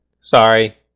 Sorry